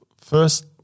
first